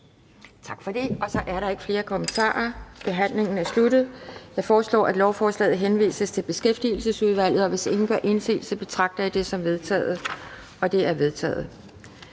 Tak for det. Der er ikke flere kommentarer, så forhandlingen er sluttet. Jeg foreslår, at lovforslaget henvises til Beskæftigelsesudvalget, og hvis ingen gør indsigelse, betragter jeg det som vedtaget. Det er vedtaget.